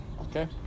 okay